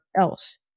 else